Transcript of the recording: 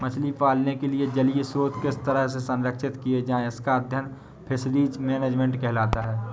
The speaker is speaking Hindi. मछली पालन के लिए जलीय स्रोत किस तरह से संरक्षित किए जाएं इसका अध्ययन फिशरीज मैनेजमेंट कहलाता है